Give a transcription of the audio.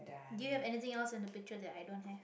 do you have anything else in the picture that i don't have